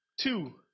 Two